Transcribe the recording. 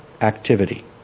activity